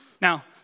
Now